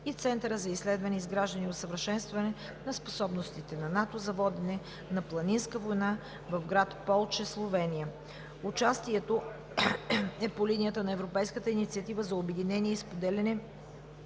и Центърът за изследване, изграждане и усъвършенстване на способностите на НАТО за водене на „Планинска война“ в град Полче – Словения. Участието е по линията на Европейската инициатива за обединение и споделяне